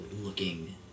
looking